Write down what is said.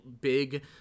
big